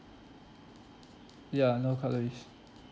ya no cutleries